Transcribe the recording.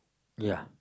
ya